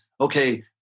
okay